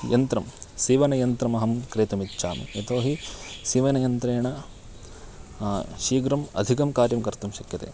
यन्त्रं सीवनयन्त्रमहं क्रेतुमिच्छामि यतो हि सीवनयन्त्रेण शीघ्रम् अधिकं कार्यं कर्तुं शक्यते